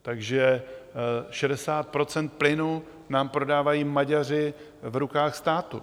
Takže 60 % plynu nám prodávají Maďaři v rukách státu.